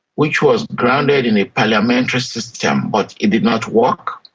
which was grounded in a parliamentary system, but it did not work,